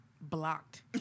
blocked